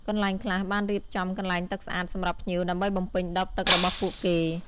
កន្លែងខ្លះបានរៀបចំកន្លែងទឹកស្អាតសម្រាប់ភ្ញៀវដើម្បីបំពេញដបទឹករបស់ពួកគេ។